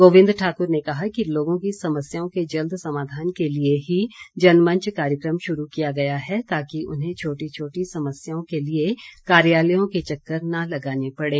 गोविंद ठाक्र ने कहा कि लोगों की समस्याओं के जल्द समाधान के लिए ही जनमंच कार्यक्रम शुरू किया गया है ताकि उन्हें छोटी छोटी समस्याओं के लिए कार्यालयों के चक्कर न लगाने पड़े